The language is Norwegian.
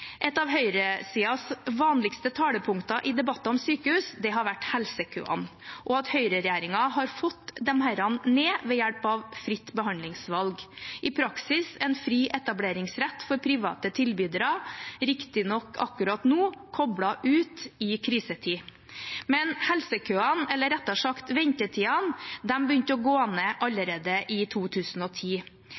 Et av høyresidens vanligste talepunkter i debatter om sykehus har vært helsekøene og at Høyre-regjeringen har fått disse ned ved hjelp av fritt behandlingsvalg, i praksis en fri etableringsrett av private tilbydere, riktignok akkurat nå koblet ut i krisetid. Men helsekøene, eller rettere sagt ventetidene, begynte å gå ned allerede i 2010.